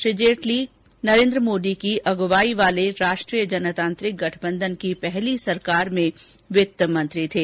श्री जेटली नरेन्द्र मोदी की अगुवाई वाले राष्ट्रीय जनतांत्रिक गठबंधन की पहली सरकार में वित्तमंत्री थे